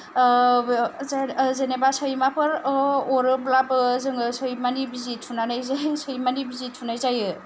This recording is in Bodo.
बे जेनेबा सैमाफोर अरोब्लाबो जोङो सैमानि बिजि थुनानै जों सैमानि बिजि थुनाय जायो